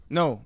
no